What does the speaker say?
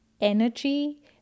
energy